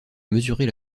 mesurer